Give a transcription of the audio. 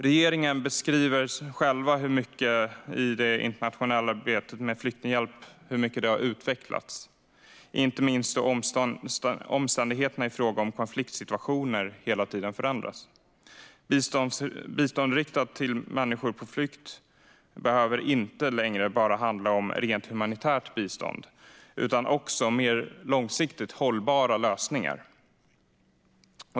Regeringen beskriver själv hur mycket det internationella arbetet med flyktinghjälp har utvecklats, inte minst då omständigheterna i fråga om konfliktsituationer hela tiden förändras. Bistånd riktat till människor på flykt behöver inte längre bara handla om rent humanitärt bistånd utan också om mer långsiktigt hållbara lösningar.